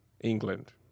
England